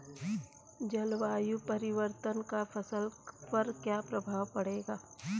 जलवायु परिवर्तन का फसल पर क्या प्रभाव पड़ेगा?